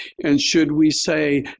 and should we say,